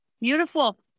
beautiful